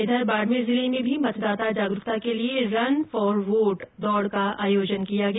उधर बाड़मेर जिले में भी मतदाता जागरूकता के लिए रन फॉर वोट दौड़ का आयोजन किया गया